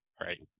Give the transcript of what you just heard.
Right